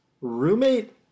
roommate